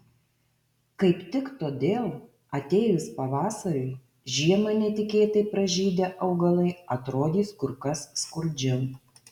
kaip tik todėl atėjus pavasariui žiemą netikėtai pražydę augalai atrodys kur kas skurdžiau